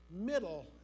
middle